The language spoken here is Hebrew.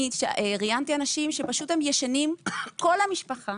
ראיינתי אנשים שכל המשפחה